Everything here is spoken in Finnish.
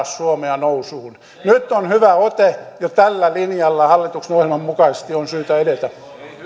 suomea nousuun nyt on hyvä ote ja tällä linjalla hallitusohjelman mukaisesti on syytä edetä